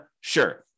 Sure